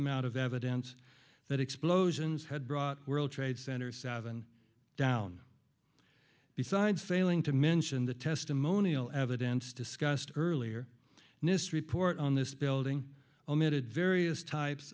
amount of evidence that explosions had brought world trade center seven down besides failing to mention the testimonial evidence discussed earlier nist report on this building omitted various types